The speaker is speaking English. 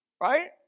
Right